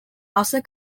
also